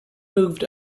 moved